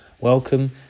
Welcome